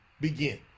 begin